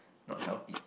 not healthy